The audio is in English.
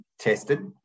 tested